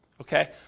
okay